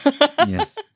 Yes